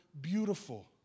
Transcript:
beautiful